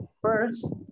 first